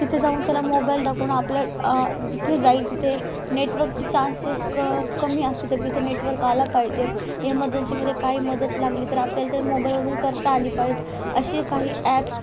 तिथे जाऊन त्याला मोबाईल दाखवून आपल्याला जिथे जाईल तिथे नेटवर्कची चान्सेस क कमी असते तर तिथे नेटवर्क आला पाहिजेत इमर्जन्सीमध्ये काही मदत लागली तर आपल्याला ते मोबाईलवरून करता आली पाहिजेत असे काही ॲप्स